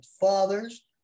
fathers